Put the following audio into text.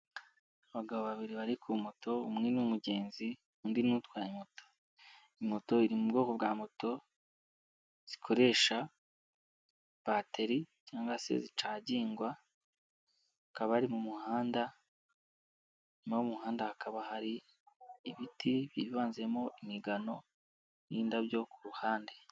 Abagabo babiri bari ku moto umwe n'umugenzi undi n'utwaye moto. Moto iri mu bwoko bwa moto zikoresha bateri cg se zicagigwa hakaba ari mu muhanda nyuma y'umuhanda hakaba hari ibiti byivanzemo imigano n'indabyo ku ruhande.